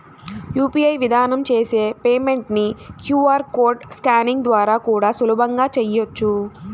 UPI విధానం చేసే payment ని క్యూ.ఆర్ కోడ్ స్కానింగ్ ద్వారా కూడా సులభంగా చెయ్యొచ్చు